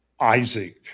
Isaac